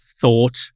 thought